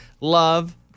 love